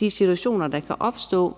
de situationer, der kan opstå?